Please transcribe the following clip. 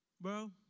bro